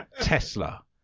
Tesla